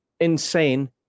insane